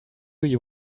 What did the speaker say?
you